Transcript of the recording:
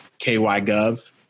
KYGov